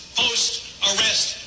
post-arrest